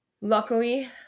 luckily